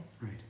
Right